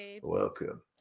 welcome